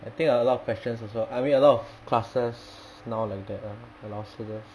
I think a lot of questions also I mean a lot of classes now like that lah allows students